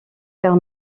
car